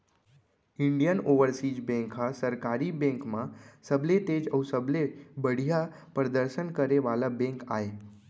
Indian Overseas Bank ह सरकारी bank म सबले तेज अउ सबले बड़िहा परदसन करे वाला बेंक आय